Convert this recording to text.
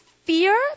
Fear